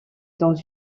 dans